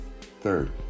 Third